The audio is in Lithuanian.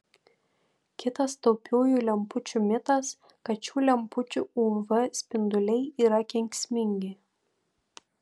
kitas taupiųjų lempučių mitas kad šių lempučių uv spinduliai yra kenksmingi